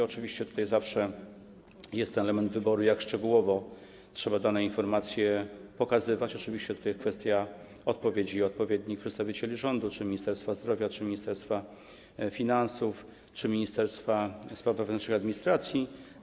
Oczywiście tutaj zawsze jest element wyboru, jak szczegółowo trzeba dane informacje przedstawiać, i jest kwestia odpowiedzi odpowiednich przedstawicieli rządu: czy Ministerstwa Zdrowia, czy Ministerstwa Finansów, czy Ministerstwa Spraw Wewnętrznych i Administracji.